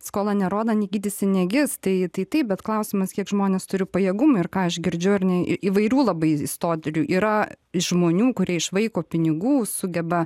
skola ne roda negydysi negis tai tai taip bet klausimas kiek žmonės turi pajėgumų ir ką aš girdžiu ar ne į įvairių labai istorijų yra žmonių kurie iš vaiko pinigų sugeba